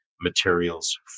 materials